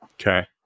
Okay